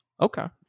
okay